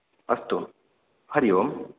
अस्तु हरि ओम्